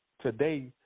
today